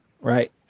right